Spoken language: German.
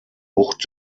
bucht